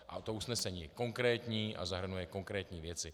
A to usnesení je konkrétní a zahrnuje konkrétní věci.